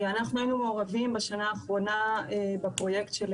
אנחנו היינו מעורבים בשנה האחרונה בפרויקט של